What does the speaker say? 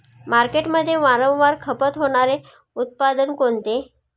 मार्केटमध्ये वारंवार खपत होणारे उत्पादन कोणते?